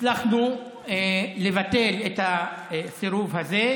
הצלחנו לבטל את הסירוב הזה,